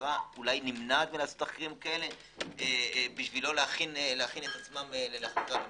המשטרה נמנעת מלעשות תחקירים כאלה כדי לא להכין את עצמם למח"ש?